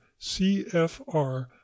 CFR